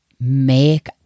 make